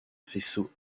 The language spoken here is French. faisceau